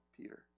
Peter